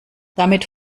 damit